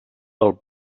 del